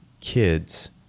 kids